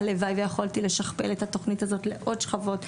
הלוואי ויכולתי לשכפל את התוכנית הזאת לעוד שכבות,